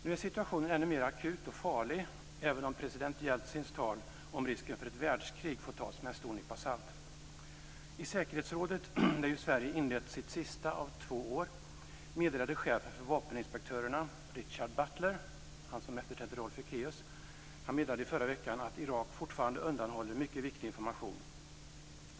Nu är situationen ännu mer akut och farlig, även om president Jeltsins tal om risken för ett världskrig får tas med en stor nypa salt. I säkerhetsrådet, där ju Sverige inlett sitt sista av två år, meddelade chefen för vapeninspektörerna, Irak fortfarande undanhåller mycket viktig information.